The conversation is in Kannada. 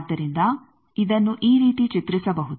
ಆದ್ದರಿಂದ ಇದನ್ನು ಈ ರೀತಿ ಚಿತ್ರಿಸಬಹುದು